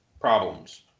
problems